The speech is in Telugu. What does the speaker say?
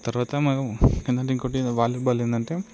తర్వాత మేము ఇంకోటి వాలీబాల్ ఏంటంటే